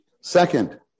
Second